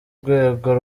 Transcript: rwego